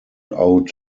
out